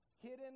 hidden